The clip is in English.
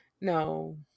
No